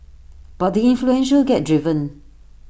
but the influential get driven